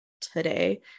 today